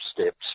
steps